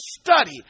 study